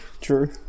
true